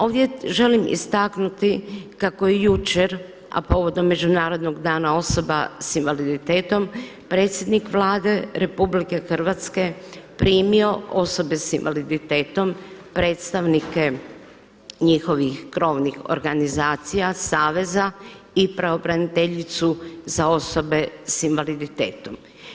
Ovdje želim istaknuti kako je jučer, a povodom Međunarodnog dana osoba sa invaliditetom predsjednik Vlade RH primio osobe sa invaliditetom, predstavnike njihovih krovnih organizacija, saveza i pravobraniteljicu za osobe sa invaliditetom.